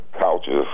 couches